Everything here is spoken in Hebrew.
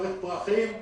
צריך פרחים,